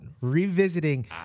revisiting